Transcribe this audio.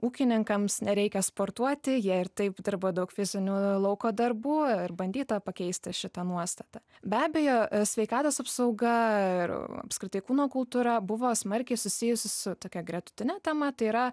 ūkininkams nereikia sportuoti jie ir taip dirba daug fizinių lauko darbų ir bandyta pakeisti šitą nuostatą be abejo sveikatos apsauga ir apskritai kūno kultūra buvo smarkiai susijusi su tokia gretutine tema tai yra